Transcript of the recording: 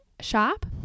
shop